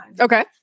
Okay